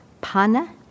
pana